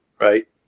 right